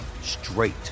straight